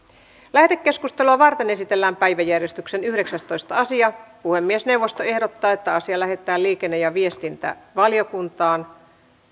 lähetekeskustelua varten esitellään päiväjärjestyksen yhdeksästoista asia puhemiesneuvosto ehdottaa että asia lähetetään liikenne ja viestintävaliokuntaan